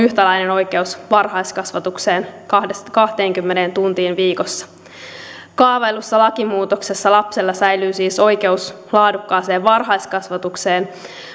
oikeus varhaiskasvatukseen kahteenkymmeneen tuntiin viikossa kaavaillussa lakimuutoksessa lapsella säilyy siis oikeus laadukkaaseen varhaiskasvatukseen